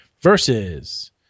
versus